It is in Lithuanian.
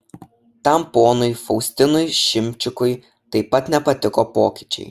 tam ponui faustinui šimčikui taip pat nepatiko pokyčiai